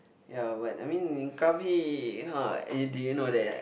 ya but I mean in krabi you know eh do you know that